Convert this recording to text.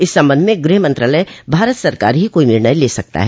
इस संबंध में गृह मंत्रालय भारत सरकार ही कोई निर्णय ले सकता है